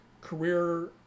career